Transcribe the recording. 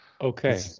Okay